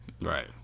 Right